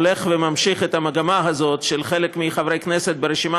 הולך וממשיך את המגמה הזאת של חלק מחברי הכנסת ברשימה